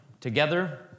together